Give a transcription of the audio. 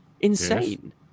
insane